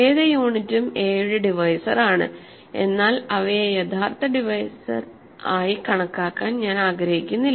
ഏത് യൂണിറ്റും a യുടെ ഡിവൈസർ ആണ് എന്നാൽ അവയെ യഥാർത്ഥ ഡിവൈസർ ആയി കണക്കാക്കാൻ ഞാൻ ആഗ്രഹിക്കുന്നില്ല